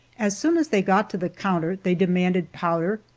as soon as they got to the counter they demanded powder,